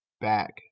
back